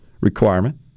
requirement